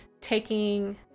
taking